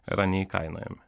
yra neįkainojami